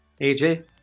AJ